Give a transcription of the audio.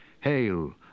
Hail